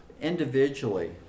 individually